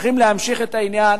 וצריכים להמשיך את העניין.